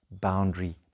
boundary